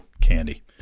candy